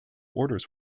orders